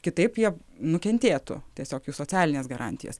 kitaip jie nukentėtų tiesiog jų socialinės garantijos